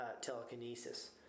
telekinesis